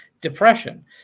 depression